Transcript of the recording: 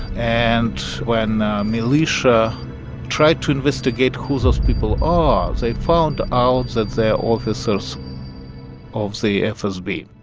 and when militia tried to investigate who those people are, they found out that they're officers of the fsb